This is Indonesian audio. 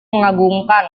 mengagumkan